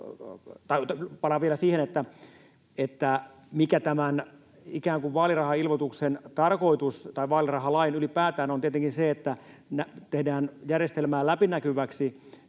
palaan vielä siihen, mikä tämän vaalirahailmoituksen tai ylipäätään vaalirahalain tarkoitus on: tietenkin se, että tehdään järjestelmää läpinäkyväksi